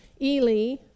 Eli